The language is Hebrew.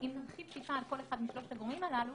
אם נרחיב טיפה על כל אחד משלושת הגורמים הללו,